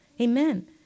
Amen